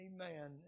Amen